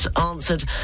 answered